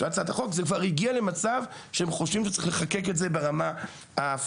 זה כבר הגיע למצב שבו הם חושבים שצריך לחוקק את זה ברמה הפדרלית.